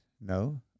No